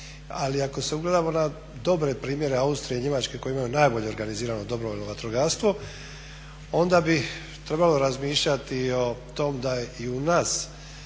ali ako se ugledamo na dobre primjere Austrije i Njemačke koje imaju najbolje organizirano dobrovoljno vatrogastvo onda bi trebalo razmišljati i o tom da i u nas